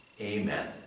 Amen